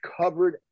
covered